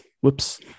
whoops